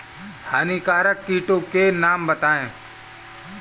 हानिकारक कीटों के नाम बताएँ?